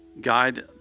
Guide